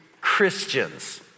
Christians